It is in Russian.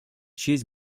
честь